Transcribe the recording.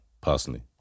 personally